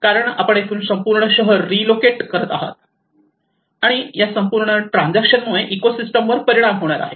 कारण आपण येथून संपूर्ण शहर रीलोकेट करत आहात आणि या संपूर्ण ट्रांजेक्शनमुळे इकोसिस्टमवर परिणाम होणार आहे